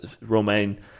Romain